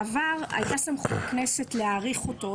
בעבר הייתה סמכות לכנסת להאריך אותו.